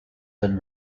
been